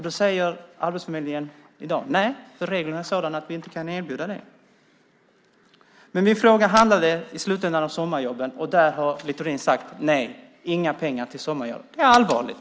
Då säger Arbetsförmedlingen i dag: Nej, för reglerna är sådana att vi inte kan erbjuda dem det. Min fråga handlade i slutändan om sommarjobben, och där har Littorin sagt: Nej, inga pengar till sommarjobb. Det är allvarligt.